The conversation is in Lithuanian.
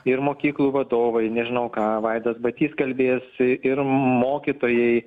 ir mokyklų vadovai nežinau ką vaidas bacys kalbės ir mokytojai